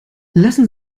lassen